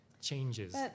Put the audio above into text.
changes